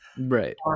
Right